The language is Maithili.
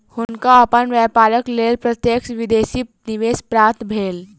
हुनका अपन व्यापारक लेल प्रत्यक्ष विदेशी निवेश प्राप्त भेल